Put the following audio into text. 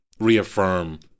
reaffirm